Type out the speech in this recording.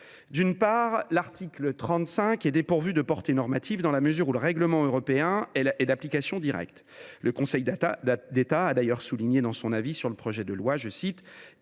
lieu, l’article 35 est dépourvu de toute portée normative, dans la mesure où le règlement européen est d’application directe. Le Conseil d’État a d’ailleurs souligné dans son avis sur le présent projet